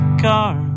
car